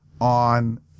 on